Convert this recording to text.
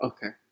Okay